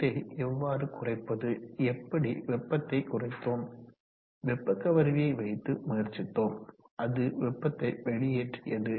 இதை எவ்வாறு குறைப்பது எப்படி வெப்பத்தை குறைத்தோம் வெப்ப கவர்வியை வைத்து முயற்சித்தோம் அது வெப்பத்தை வெளியேற்றியது